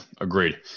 agreed